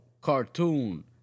Cartoon